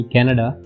Canada